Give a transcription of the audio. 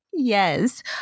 Yes